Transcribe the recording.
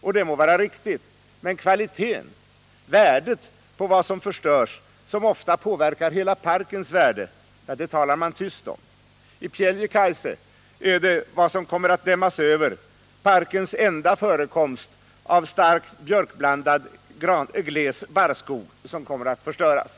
Och det må vara riktigt, men kvaliteten och värdet på vad som förstörs, som ofta påverkar hela parkens värde. talar man tyst om. Det som kommer att dämmas över i Pieljekaise är parkens enda förekomst av Nr 148 starkt björkblandad gles barrskog, och den kommer alltså att förstöras.